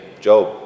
Job